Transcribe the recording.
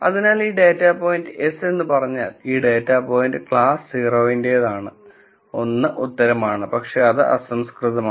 അതിനാൽ ഈ data point yes എന്ന് പറഞ്ഞാൽ ഈ ഡാറ്റാ പോയിന്റ് ക്ലാസ് 0 ന്റെതാണ് 1 ഉത്തരമാണ് പക്ഷേ അത് വളരെ അസംസ്കൃതമാണ്